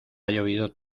llovido